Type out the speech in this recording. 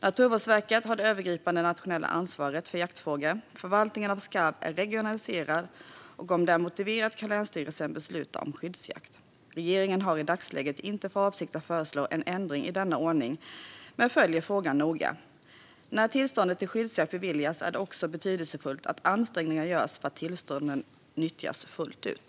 Naturvårdsverket har det övergripande nationella ansvaret för jaktfrågor. Förvaltningen av skarv är regionaliserad, och om det är motiverat kan länsstyrelsen besluta om skyddsjakt. Regeringen har i dagsläget inte för avsikt att föreslå en ändring i denna ordning men följer frågan noga. När tillstånd till skyddsjakt beviljas är det också betydelsefullt att ansträngningar görs för att tillståndet ska nyttjas fullt ut.